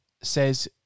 says